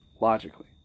logically